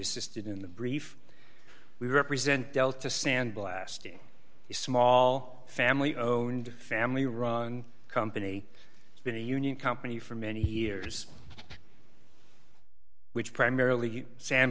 assisted in the brief we represent delta sandblasting a small family owned family run company it's been a union company for many years which primarily sand